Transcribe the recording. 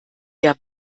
der